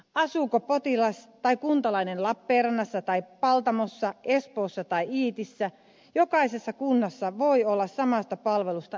jos potilas tai kuntalainen asuu lappeenrannassa tai paltamossa espoossa tai iitissä jokaisessa kunnassa voi olla samasta palvelusta erilainen asiakasmaksu